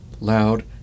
loud